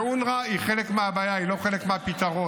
אונר"א היא חלק מהבעיה, היא לא חלק מהפתרון.